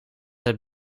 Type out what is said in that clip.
het